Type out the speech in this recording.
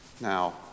Now